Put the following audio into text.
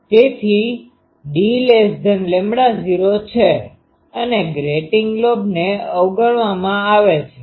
તેથી dλ૦ છે અને ગ્રેટીંગ લોબને અવગણવામાં આવે છે